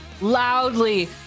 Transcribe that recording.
loudly